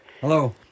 Hello